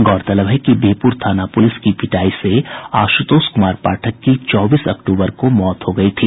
गौरतलब है कि बिहपुर थाना पुलिस की पिटाई से आशुतोष कुमार पाठक की चौबीस अक्टूबर को पुलिस पिटाई से मौत हो गई थी